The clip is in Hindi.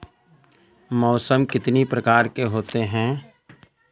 मौसम कितनी प्रकार के होते हैं?